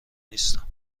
نیستم